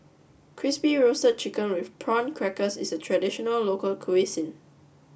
Crispy Roasted Chicken with Prawn Crackers is a traditional local cuisine